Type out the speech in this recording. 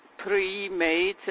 pre-made